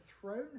throne